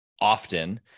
often